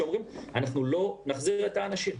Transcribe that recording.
שאומרים: אנחנו לא נחזיק את האנשים.